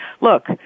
look